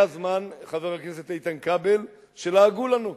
היה זמן, חבר הכנסת איתן כבל, שלעגו לנו,